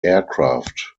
aircraft